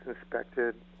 inspected